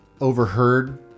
overheard